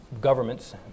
governments